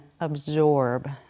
absorb